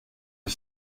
est